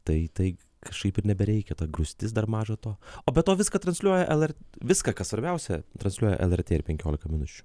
tai tai kažkaip ir nebereikia ta grūstis dar maža to o be to viską transliuoja lr viską kas svarbiausia transliuoja lrt ir penkiolika minučių